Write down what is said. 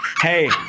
Hey